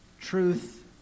truth